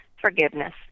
forgiveness